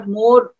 more